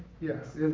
Yes